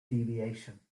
deviation